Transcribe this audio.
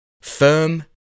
firm